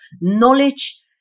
knowledge